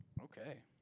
Okay